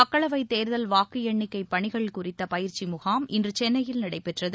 மக்களவைத் தேர்தல் வாக்கு எண்ணிக்கை பணிகள் குறித்த பயிற்சி முகாம் இன்று சென்னையில் நடைபெற்றது